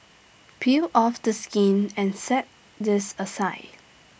peel off the skin and set this aside